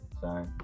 sorry